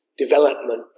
development